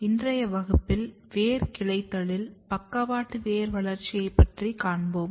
இன்றைய வகுப்பில் வேர் கிளைத்தலில் பக்கவாட்டு வேர் வளர்ச்சியை பற்றி காண்போம்